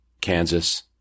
Kansas